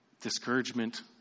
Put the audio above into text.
discouragement